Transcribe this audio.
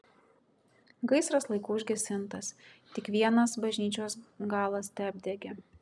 gaisras laiku užgesintas tik vienas bažnyčios galas teapdegė